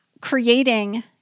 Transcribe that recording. creating